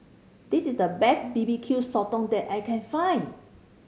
this is the best B B Q Sotong that I can find